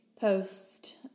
post